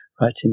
writing